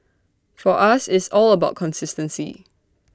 for us it's all about consistency